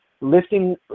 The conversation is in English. Lifting